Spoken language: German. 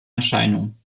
erscheinung